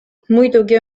muidugi